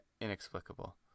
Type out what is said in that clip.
inexplicable